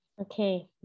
okay